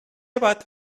about